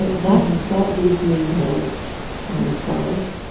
but that that leaves me no solace.